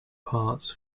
parts